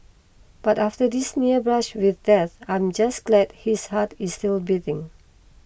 but after this near brush with death I'm just glad his heart is still beating